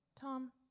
Tom